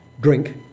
drink